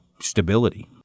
stability